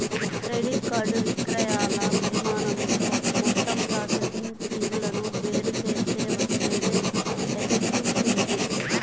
credit card విక్రయాల పరిమాణంతో మొత్తం ప్రాసెసింగ్ ఫీజులను వేరు చేస్తే వచ్చేదే ఎఫెక్టివ్ ఫీజు